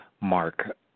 Mark